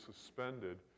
suspended